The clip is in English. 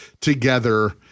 together